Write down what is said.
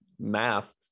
math